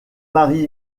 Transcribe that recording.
mari